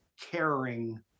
caring